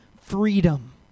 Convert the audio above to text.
freedom